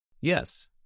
Yes